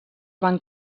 van